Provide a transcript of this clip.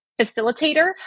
facilitator